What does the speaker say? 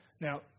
Now